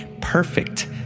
Perfect